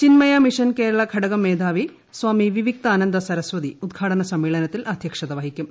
Chinmaya Mission Kerala ഘടകം മേധാവി സ്വാമി വിവിക്താനന്ദ സരസ്വതി ഉദ്ഘാടന സമ്മേളനത്തിൽ അദ്ധ്യക്ഷത വഹിക്കും